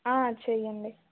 ఆ చెయ్యండి